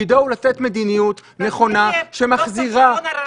תפקידו לתת מדיניות נכונה שמחזירה.